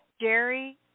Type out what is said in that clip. Jerry